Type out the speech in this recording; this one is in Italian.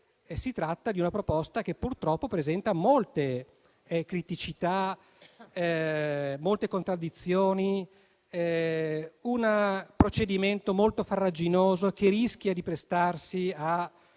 si tratta di una proposta che purtroppo presenta molte criticità, molte contraddizioni e un procedimento farraginoso che rischia di prestarsi a